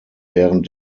während